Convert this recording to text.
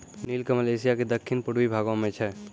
नीलकमल एशिया के दक्खिन पूर्वी भागो मे छै